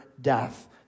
death